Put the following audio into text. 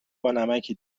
بانمکی